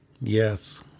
Yes